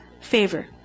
favor